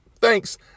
Thanks